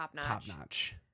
Top-notch